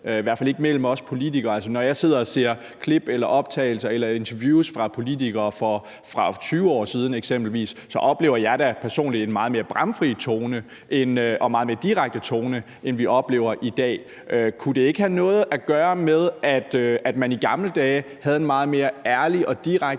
i hvert fald ikke mellem os politikere. Altså, når jeg sidder og ser klip eller optagelser eller interviews med politikere fra for 20 år siden eksempelvis, oplever jeg da personligt en meget mere bramfri tone og meget mere direkte tone, end vi oplever i dag. Kunne det ikke have noget at gøre med, at man i gamle dage havde en meget mere ærlig og direkte